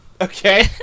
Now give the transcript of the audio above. okay